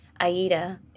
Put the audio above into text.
AIDA